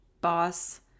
boss